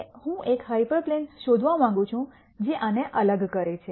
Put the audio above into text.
હવે હું એક હાયપરપ્લેન શોધવા માંગુ છું જે આને અલગ કરે છે